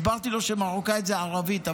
הסברתי לו שמרוקאית זה ערבית,